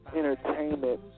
entertainment